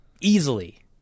easily